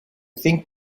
think